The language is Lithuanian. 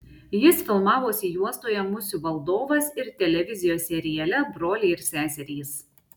jis filmavosi juostoje musių valdovas ir televizijos seriale broliai ir seserys